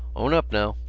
own up now!